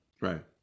Right